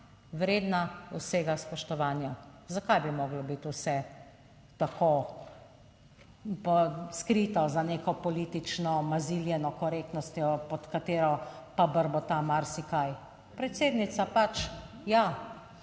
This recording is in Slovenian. vredna vsega spoštovanja, zakaj bi moralo biti vse tako skrito za neko politično maziljeno korektnostjo, pod katero pa brbota marsikaj? Predsednica pač, ja,